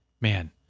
man